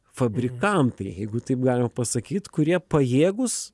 fabrikam prie jeigu taip galima pasakyt kurie pajėgūs